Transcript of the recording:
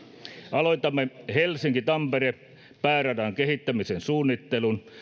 aloitamme helsinki tampere pääradan kehittämisen suunnittelun